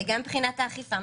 גם מבחינת האכיפה,